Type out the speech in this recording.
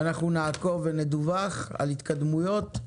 ואנחנו נעקוב ונדווח על התקדמויות,